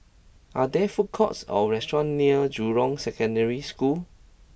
are there food courts or restaurants near Jurong Secondary School